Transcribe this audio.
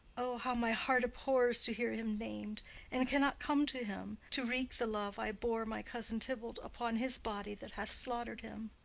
o, how my heart abhors to hear him nam'd and cannot come to him, to wreak the love i bore my cousin tybalt upon his body that hath slaughter'd him!